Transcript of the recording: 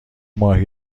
ماهی